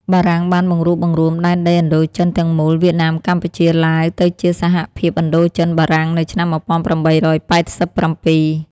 បារាំងបានបង្រួបបង្រួមដែនដីឥណ្ឌូចិនទាំងមូល វៀតណាម កម្ពុជា ឡាវ ទៅជា សហភាពឥណ្ឌូចិនបារាំង នៅឆ្នាំ ១៨៨៧។